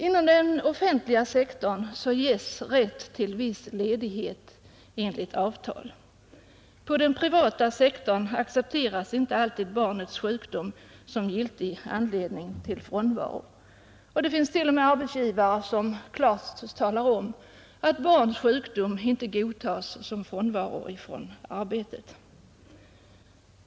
Inom den offentliga sektorn ges rätt till viss ledighet enligt avtal. Inom den privata sektorn accepteras inte alltid barnets sjukdom som giltig anledning till frånvaro. Det finns t.o.m. arbetsgivare som klart talar om att barns sjukdom inte godtas som orsak till frånvaro från arbetet.